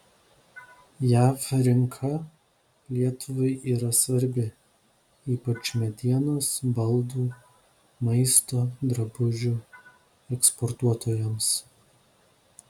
jav rinka lietuvai yra svarbi ypač medienos baldų maisto drabužių eksportuotojams